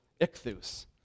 Ichthus